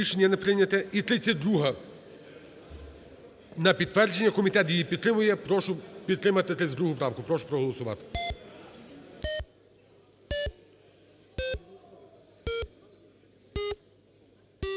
Рішення не прийняте. І 32-а на підтвердження. Комітет її підтримує. Прошу підтримати 32 правку. Прошу проголосувати.